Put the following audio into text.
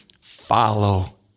follow